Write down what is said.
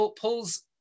pulls